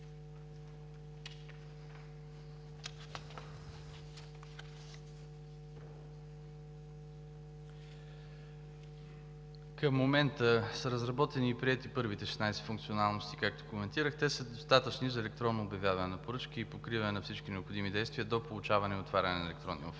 Към момента са разработени и приети първите 16 функционалности, както коментирах. Те са достатъчни за електронно обявяване на поръчки и покриване на всички необходими действия до получаване и отваряне на електронна оферта.